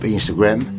Instagram